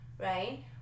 right